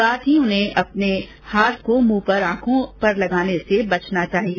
साथ ही उन्हें अपने हाथ को मुंह पर आंखों पर लगाने से बचना चाहिए